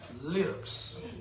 lips